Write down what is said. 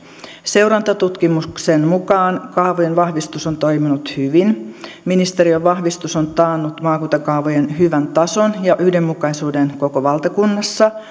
seurantatutkimuksen mukaan kaavojen vahvistus on toiminut hyvin ministeriön vahvistus on taannut maakuntakaavojen hyvän tason ja yhdenmukaisuuden koko valtakunnassa